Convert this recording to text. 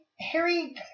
Harry